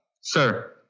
Sir